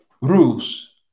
rules